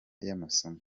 y’amasomo